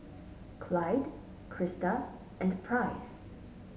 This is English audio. Clide Krista and Price